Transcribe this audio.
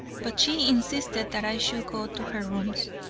but she insisted that i should go to her rooms,